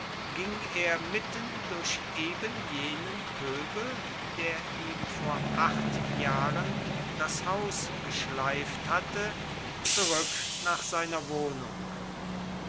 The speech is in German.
ging er mitten durch ebenjenen pöbel der ihm vor acht jahren das haus geschleift hatte zurück nach seiner wohnung